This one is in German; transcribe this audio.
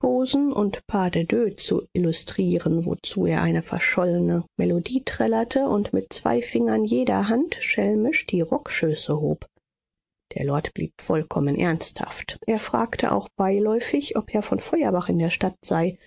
und pas de deux zu illustrieren wozu er eine verschollene melodie trällerte und mit zwei fingern jeder hand schelmisch die rockschöße hob der lord blieb vollkommen ernsthaft er fragte auch beiläufig ob herr von feuerbach in der stadt sei